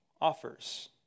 offers